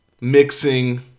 mixing